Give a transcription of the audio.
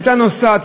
הייתה נוסעת,